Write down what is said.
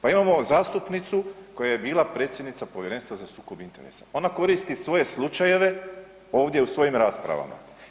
Pa imamo zastupnicu koja je bila predsjednica Povjerenstva za sukob interesa, pa ona koristi svoje slučajeve ovdje u svojim raspravama.